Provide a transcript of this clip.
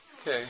Okay